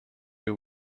you